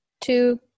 two